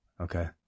Okay